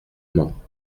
mans